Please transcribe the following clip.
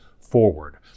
forward